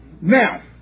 Now